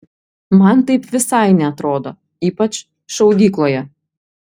man taip visai neatrodo ypač šaudykloje